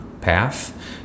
path